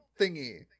thingy